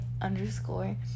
underscore